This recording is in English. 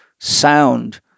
sound